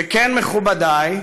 שכן, מכובדי,